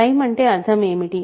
prime అంటే అర్థం ఏమిటి